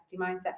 mindset